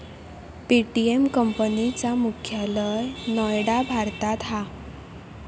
Paytm company चा मुख्यालय नोएडा भारतात हा